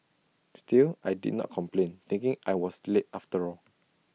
still I did not complain thinking I was late after all